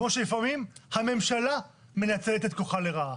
כמו שלפעמים הממשלה מנצלת את כוחה לרעה.